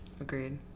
Agreed